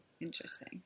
Interesting